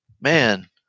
man